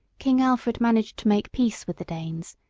king alfred managed to make peace with the danes,